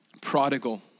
prodigal